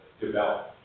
develop